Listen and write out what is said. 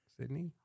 Sydney